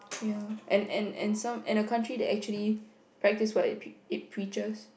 ya and and and some and a country that actually practice what it pre~ preaches